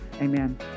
amen